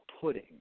pudding